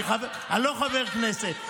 אני לא חבר כנסת.